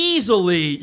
Easily